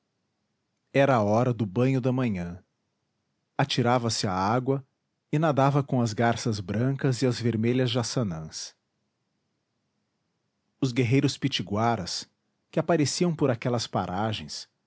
era a hora do banho da manhã atirava-se à água e nadava com as garças brancas e as vermelhas jaçanãs os guerreiros pitiguaras que apareciam por aquelas paragens